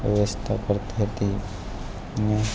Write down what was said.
વ્યવસ્થા પર થતી ને